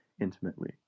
intimately